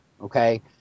okay